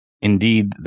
indeed